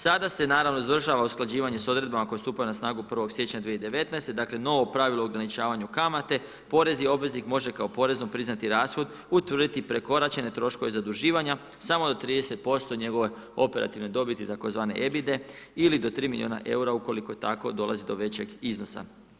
Sada se naravno, završava usklađivanje s odredbama koje stupaju na snagu 1.1.2019. dakle, novo pravilo ograničavanja kamate, porezni obveznik, može kao porezni priznati rashod, utvrditi prekoračene troškove zaduživanja samo do 30% njegove operativne dobiti, tzv. ebide, ili do 3 milijuna eura, ukoliko tako dolazi do većeg iznosa.